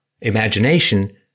Imagination